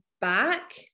back